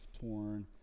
torn